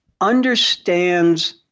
understands